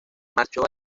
marchó